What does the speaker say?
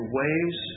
ways